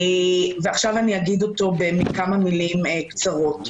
ועכשיו אני אגיד אותו בכמה מילים קצרות.